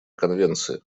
конвенции